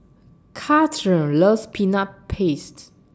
Kathryn loves Peanut Paste